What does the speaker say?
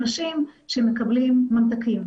אנשים שמקבלים ממתקים,